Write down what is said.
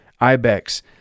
ibex